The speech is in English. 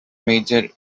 major